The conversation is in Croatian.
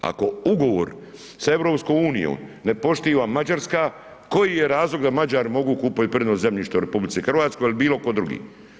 Ako ugovor s EU ne poštiva Mađarska koji je razlog da Mađari mogu kupiti poljoprivredno zemljište u RH il bilo tko drugi.